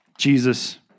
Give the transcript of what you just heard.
Jesus